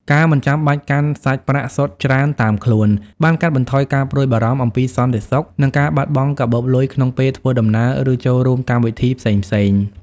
ការមិនចាំបាច់កាន់សាច់ប្រាក់សុទ្ធច្រើនតាមខ្លួន បានកាត់បន្ថយការព្រួយបារម្ភអំពីអសន្តិសុខ និងការបាត់បង់កាបូបលុយក្នុងពេលធ្វើដំណើរ ឬចូលរួមកម្មវិធីផ្សេងៗ។